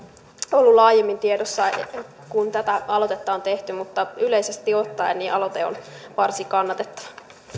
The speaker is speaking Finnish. ollut laajemmin tiedossa se että tätä aloitetta on tehty mutta yleisesti ottaen aloite on varsin kannatettava